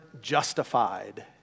justified